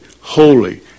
holy